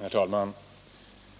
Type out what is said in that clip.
Herr talman!